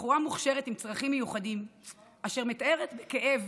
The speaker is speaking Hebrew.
בחורה מוכשרת עם צרכים מיוחדים אשר מתארת בכאב